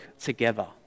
together